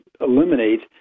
eliminate